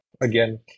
Again